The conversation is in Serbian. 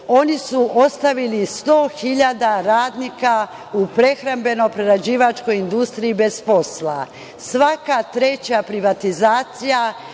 oni su ostavili sto hiljada radnika u prehrambeno prerađivačkoj industriji bez posla. Svaka treća privatizacija